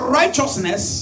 righteousness